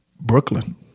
Brooklyn